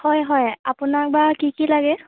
হয় হয় আপোনাক বা কি কি লাগে